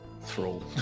Thrall